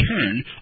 turn